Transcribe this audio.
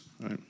Right